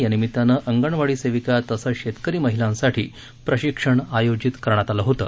या निमित्तानं अंगणवाडी सेविका तसंच शेतकरी महिलांसाठी प्रशिक्षण आयोजित करण्यात आलं होतं